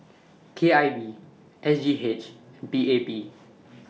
K I V S G H and P A P